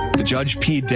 the judge p.